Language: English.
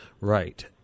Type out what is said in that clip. Right